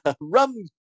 Rum